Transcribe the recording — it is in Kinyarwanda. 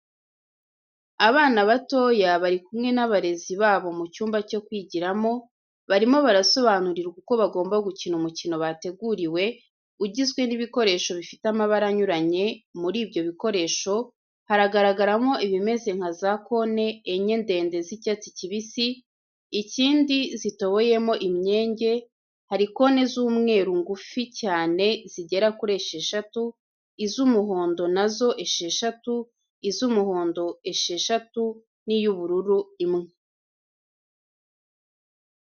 Abana batoya bari kumwe n'abarezi babo mu cyumba cyo kwigiramo, barimo barasobanurirwa uko bagomba gukina umukino bateguriwe, ugizwe n'ibikoresho bifite amabara anyuranye, muri ibyo bikoresho haragaragaramo ibimeze nka za kone enye ndende z'icyatsi kibisi, ikindi zitoboyemo imyenge, hari kone z'umweru ngufi cyane zigera kuri esheshatu, iz'umuhondo na zo esheshatu, iz'umuhondo esheshatu n'iy'ubururu imwe.